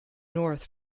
north